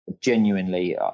genuinely